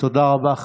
תודה רבה.